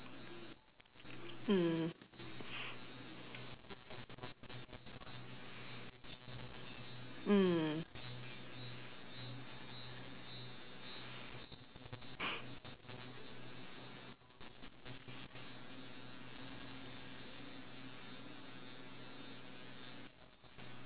mm mm